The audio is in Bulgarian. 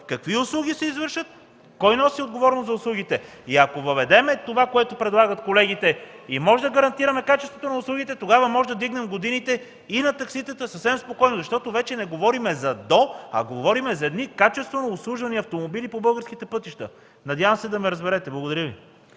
какви услуги се извършват, кой носи отговорност за услугите? Ако въведем това, което предлагат колегите и можем да гарантираме качеството на услугите, тогава можем съвсем спокойно да вдигнем годините и на такситата, защото вече не говорим за „до”, а говорим за едни качествено обслужвани автомобили по българските пътища. Надявам се да ме разберете. Благодаря Ви.